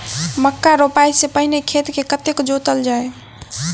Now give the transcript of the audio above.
मक्का रोपाइ सँ पहिने खेत केँ कतेक जोतल जाए?